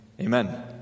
Amen